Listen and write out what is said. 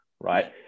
right